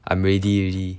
I am ready already